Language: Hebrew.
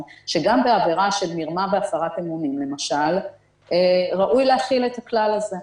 שגם בעבירה של מרמה והפרת אמונים למשל ראוי להחיל את הכלל הזה.